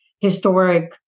historic